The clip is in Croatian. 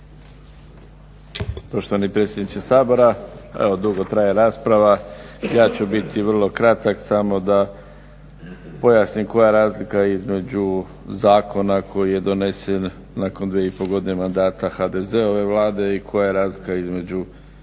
Poštovani predsjedniče Sabora, evo dugo traje rasprava, ja ću biti vrlo kratak, samo da pojasnim koja je razlika između zakona koji je donesen nakon dvije i pol godine mandata HDZ-ove vlade i koja je razlika između